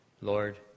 Lord